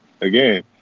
again